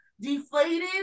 Deflated